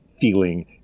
feeling